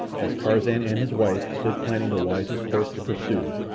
as tarzan and his wife stood planning the wisest course to pursue,